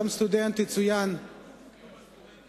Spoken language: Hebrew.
יום הסטודנט הלאומי או הבין-לאומי?